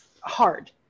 hard